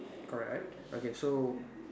correct okay so